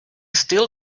still